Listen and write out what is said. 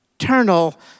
eternal